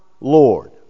Lord